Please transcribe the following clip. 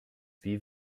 wie